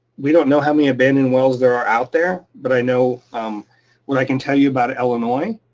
we don't know how many abandoned wells there are out there, but i know what i can tell you about illinois.